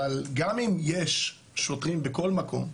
אבל גם אם יש שוטרים בכל מקום,